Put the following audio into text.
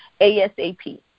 ASAP